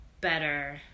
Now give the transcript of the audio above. better